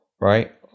right